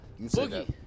Boogie